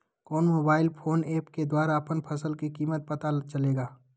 कौन mobile phone app के द्वारा अपन फसल के कीमत पता चलेगा?